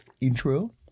intro